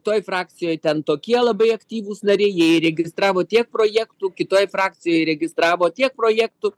toj frakcijoj ten tokie labai aktyvūs nariai jie įregistravo tiek projektų kitoj frakcijoj įregistravo tiek projektų